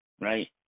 right